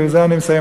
ובזה אני מסיים,